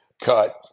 cut